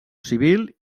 civil